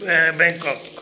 Bangkok